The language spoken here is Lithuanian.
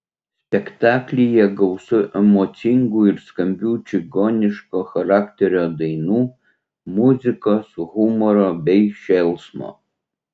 spektaklyje gausu emocingų ir skambių čigoniško charakterio dainų muzikos humoro bei šėlsmo